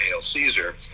Caesar